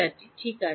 δ ঠিক আছে